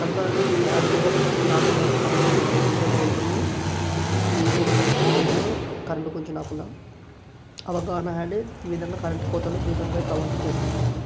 చలికాలంలో అయితే as usual నార్మల్గా కరెంట్ ఉంటూనే ఉంటుంది ఇది ఇదే కరెంట్ కొంచెం రాకుండా అవగాహన అంటే ఈ విధంగా కరెంట్ కోతలు జీవితంపై ప్రభావితం చేస్తున్నాయి